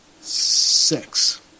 Six